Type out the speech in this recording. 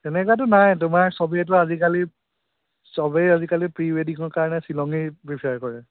তেনেকুৱাতো নাই তোমাৰ চবেইতো আজিকালি চবেই আজিকালি প্ৰি ৱেডিঙৰ কাৰণে শ্বিলঙেই প্ৰিফাৰ কৰে